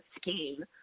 scheme